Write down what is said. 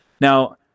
Now